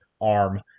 arm